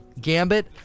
gambit